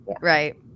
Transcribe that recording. Right